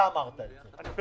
אתה אמרת את זה.